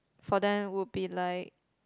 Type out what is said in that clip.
for them would be like